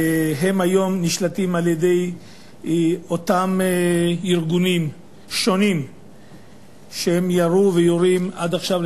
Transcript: היום נשלטים על-ידי אותם ארגונים שונים שירו ויורים עד עכשיו,